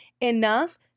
enough